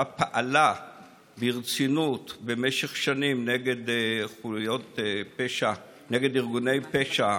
פעלה ברצינות במשך שנים נגד ארגוני פשע,